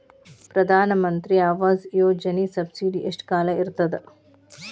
ಪ್ರಧಾನ ಮಂತ್ರಿ ಆವಾಸ್ ಯೋಜನಿ ಸಬ್ಸಿಡಿ ಎಷ್ಟ ಕಾಲ ಇರ್ತದ?